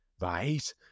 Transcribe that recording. right